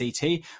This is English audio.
CT